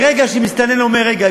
ברגע שמסתנן אומר: רגע,